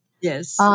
Yes